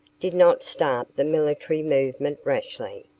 did not start the military movement rashly.